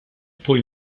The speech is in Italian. poi